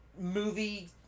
movie